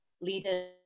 leaders